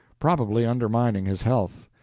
probably undermining his health.